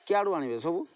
କୁଆଡ଼ୁ ଆଣିବେ ସବୁ